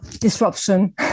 disruption